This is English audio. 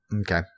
Okay